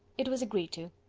it was agreed to.